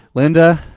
linda,